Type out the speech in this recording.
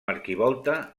arquivolta